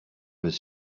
his